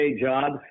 Jobs